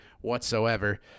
whatsoever